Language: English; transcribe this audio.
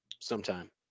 Sometime